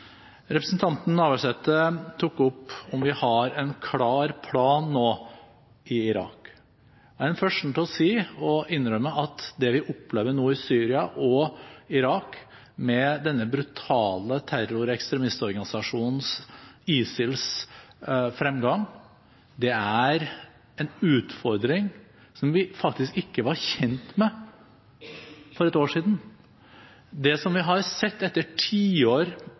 Representanten Navarsete tok opp spørsmålet om vi har en klar plan nå i Irak. Jeg er den første til å si og innrømme at det vi opplever nå i Syria og i Irak med denne brutale terror- og ekstremistorganisasjonen ISILs fremgang, er en utfordring som vi faktisk ikke var kjent med for et år siden. Det som vi har sett etter tiår